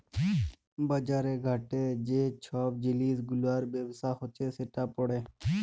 বাজার ঘাটে যে ছব জিলিস গুলার ব্যবসা হছে সেট পড়ে